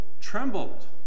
trembled